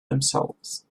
themselves